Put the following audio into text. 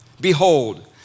Behold